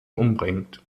umbringt